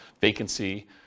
vacancy